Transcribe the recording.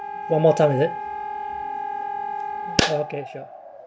like one more time is it okay sure